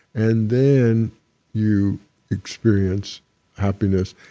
and then you experience happiness,